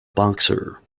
boxer